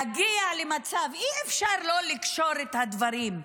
להגיע למצב, אי-אפשר לא לקשור את הדברים.